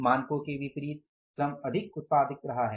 मानकों के विपरीत श्रम अधिक उत्पादक रहा है